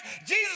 jesus